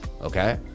okay